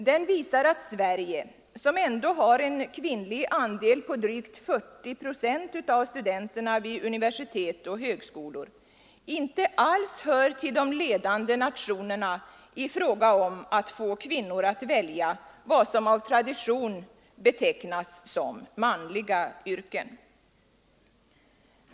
Den visar att Sverige, som ändå har en kvinnlig andel på drygt 40 procent av studenterna vid universitet och högskolor, inte alls hör till de ledande nationerna i fråga om att få kvinnor att välja vad som av tradition betecknas som manliga yrken.